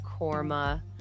korma